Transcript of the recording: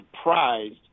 surprised